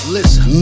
Listen